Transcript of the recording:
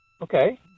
okay